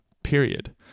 Period